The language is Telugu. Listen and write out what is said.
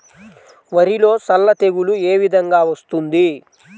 వరిలో సల్ల తెగులు ఏ విధంగా వస్తుంది?